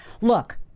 Look